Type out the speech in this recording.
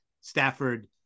Stafford